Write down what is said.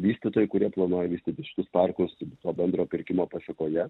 vystytojai kurie planuoja vystyti šitus parkus to bendro pirkimo pasekoje